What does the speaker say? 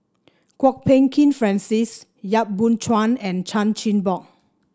Kwok Peng Kin Francis Yap Boon Chuan and Chan Chin Bock